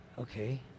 Okay